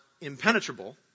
impenetrable